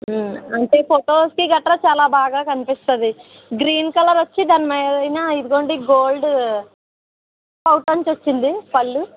ఆ అంటే ఫొటోస్కి గట్రా చాలా బాగా కనిపిస్తుంది గ్రీన్ కలర్ వచ్చి దాని మీద గోల్డ్ వచ్చింది పల్లూ